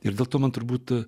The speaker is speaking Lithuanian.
ir dėl to man turbūt